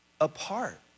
apart